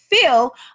feel